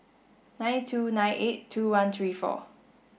nine two nine eight two one three four